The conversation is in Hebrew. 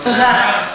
תודה.